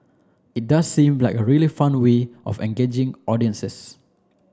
it does seem like a really fun way of engaging audiences